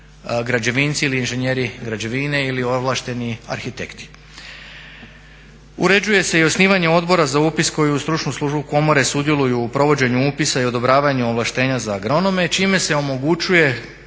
građevinci ili inženjeri građevine ili ovlašteni arhitekti. Uređuje se i osnivanje Odbora za upis koji uz Stručnu službu komore sudjeluju u provođenju upisa i odobravanju ovlaštenja za agronome čime se omogućuje